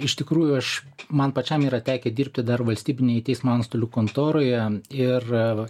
iš tikrųjų aš man pačiam yra tekę dirbti dar valstybinėj teismo antstolių kontoroje ir